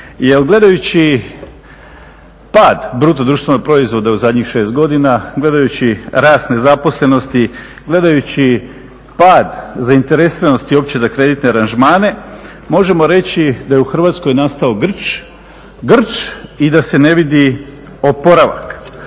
jer gledajući pad BDP-a u zadnjih 6 godina, gledajući rast nezaposlenosti, gledajući pad zainteresiranosti uopće za kreditne aranžmane, možemo reći da je u Hrvatskoj nastao grč i da se ne vidi oporavak.